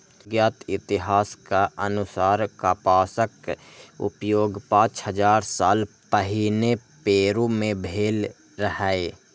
ज्ञात इतिहासक अनुसार कपासक उपयोग पांच हजार साल पहिने पेरु मे भेल रहै